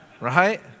right